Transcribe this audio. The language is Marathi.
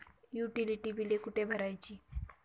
युटिलिटी बिले कुठे भरायची?